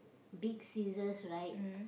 big scissors right